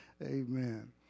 Amen